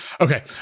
okay